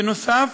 בנוסף,